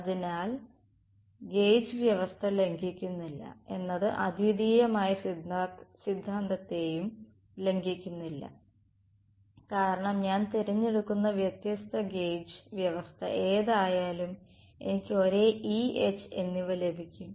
അതിനാൽ ഗോജ് വ്യവസ്ഥ ലംഘിക്കുന്നില്ല എന്നത് അദ്വിതീയ സിദ്ധാന്തത്തേയും ലംഘിക്കുന്നില്ല കാരണം ഞാൻ തിരഞ്ഞെടുക്കുന്ന വ്യത്യസ്ത ഗോജ് വ്യവസ്ഥ എന്തായാലും എനിക്ക് ഒരേ E H എന്നിവ ലഭിക്കും